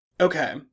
Okay